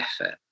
effort